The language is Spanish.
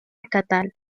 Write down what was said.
estatal